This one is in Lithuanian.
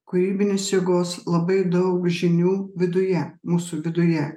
kūrybinės jėgos labai daug žinių viduje mūsų viduje